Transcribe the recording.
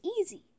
easy